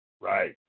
right